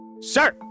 Sir